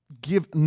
give